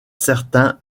certain